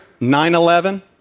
9-11